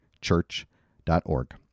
Church.org